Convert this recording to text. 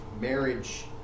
marriage